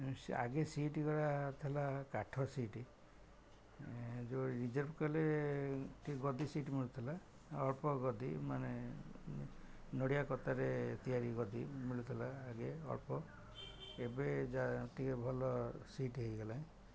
ଆଗେ ସିଟ୍ ଗୁଡ଼ା ଥିଲା କାଠ ସିଟ୍ ଯେଉଁ ରିଜର୍ଭ କଲେ ଟିକେ ଗଦି ସିଟ୍ ମିଳୁଥିଲା ଅଳ୍ପ ଗଦି ମାନେ ନଡ଼ିଆ କତାରେ ତିଆରି ଗଦି ମିଳୁଥିଲା ଆଗେ ଅଳ୍ପ ଏବେ ଯା ଟିକେ ଭଲ ସିଟ୍ ହେଇଗଲାଣି